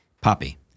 Poppy